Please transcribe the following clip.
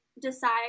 decide